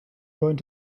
going